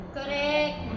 correct